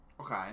Okay